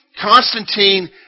Constantine